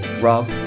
Rob